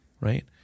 right